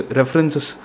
references